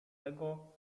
tego